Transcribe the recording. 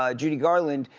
ah judy garland,